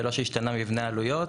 זה לא שהשתנה מבנה העלויות,